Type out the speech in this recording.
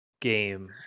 game